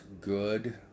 good